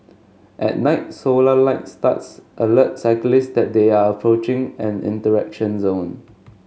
at night solar light studs alert cyclists that they are approaching an interaction zone